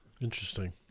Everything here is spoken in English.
Interesting